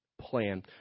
plan